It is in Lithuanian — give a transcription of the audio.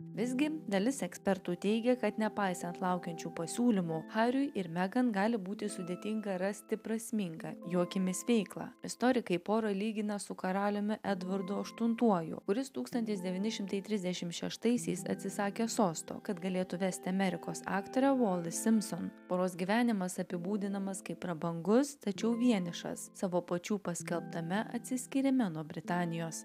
visgi dalis ekspertų teigia kad nepaisant laukiančių pasiūlymų hariui ir megan gali būti sudėtinga rasti prasmingą jų akimis veiklą istorikai porą lygina su karaliumi edvardu aštuntuoju kuris tūkstantis devyni šimtai trisdešim šeštaisiais atsisakė sosto kad galėtų vesti amerikos aktorę volis simson poros gyvenimas apibūdinamas kaip prabangus tačiau vienišas savo pačių paskelbtame atsiskyrime nuo britanijos